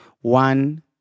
one